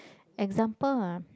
example ah